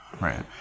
right